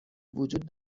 وجود